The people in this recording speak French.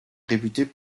réputés